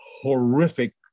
horrific